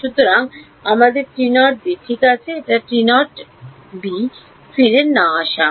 সুতরাং আমাদের ঠিক আছে এই ফিরে না আসা